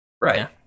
Right